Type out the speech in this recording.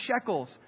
shekels